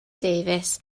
davies